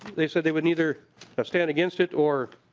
they said they would either stand against it or